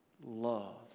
love